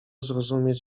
zrozumieć